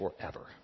forever